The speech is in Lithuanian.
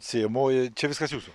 sėjamoji čia viskas jūsų